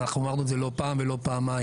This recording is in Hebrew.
ואנחנו אמרנו את זה לא פעם ולא פעמיים.